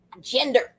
gender